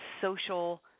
social